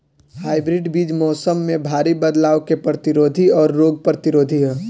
hybrid बीज मौसम में भारी बदलाव के प्रतिरोधी और रोग प्रतिरोधी ह